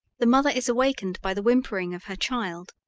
the mother is awakened by the whimpering of her child,